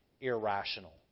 irrational